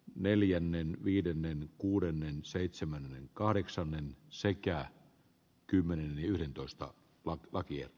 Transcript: neljännen viidennen kuudennen seitsemän kahdeksan sekä kymmenen yhdentoista maan lakia